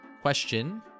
Question